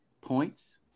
points